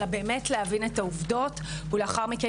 אלא באמת להבין את העובדות ולאחר מכן,